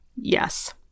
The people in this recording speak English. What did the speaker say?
Yes